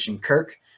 Kirk